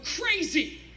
crazy